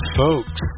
folks